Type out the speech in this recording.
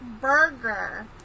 burger